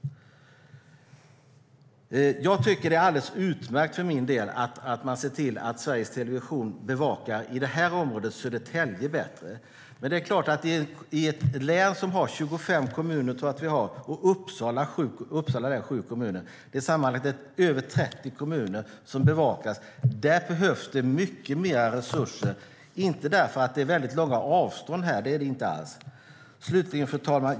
Jag tycker att det är alldeles utmärkt att man ser till att Sveriges Television i det här området bevakar Södertälje bättre. Men i detta län med 25 kommuner och Uppsala län med 7 kommuner, sammanlagt över 30 kommuner som ska bevakas, behövs det mycket mer resurser, inte därför att det är väldigt långa avstånd här. Det är det inte alls. Fru talman!